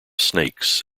snakes